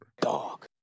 Dog